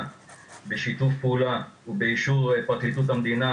בשיתוף פעולה ובאישור פרקליטות המדינה,